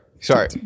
Sorry